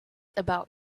about